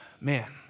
Man